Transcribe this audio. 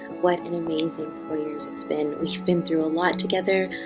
what an amazing four years it's been. we've been through a lot together,